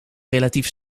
relatief